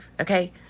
Okay